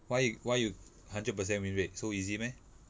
why you why you hundred percent win rate so easy meh